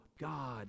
God